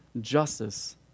justice